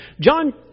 John